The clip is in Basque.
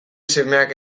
semeak